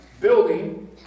building